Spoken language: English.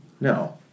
No